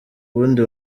wundi